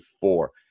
four